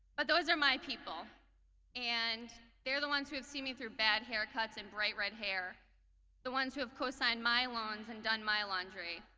but those are my people and they're the ones who have seen me through bad haircuts and bright red hair the ones who have cosigned my loans and done my laundry.